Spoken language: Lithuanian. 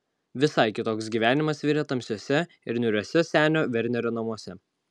visai kitoks gyvenimas virė tamsiuose ir niūriuose senio vernerio namuose